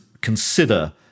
consider